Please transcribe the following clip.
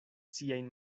siajn